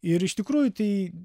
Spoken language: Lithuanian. ir iš tikrųjų tai